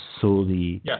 solely